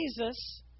Jesus